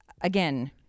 again